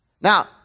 Now